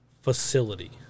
facility